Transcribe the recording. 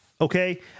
okay